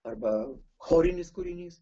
arba chorinis kūrinys